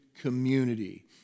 community